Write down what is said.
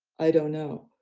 i don't know.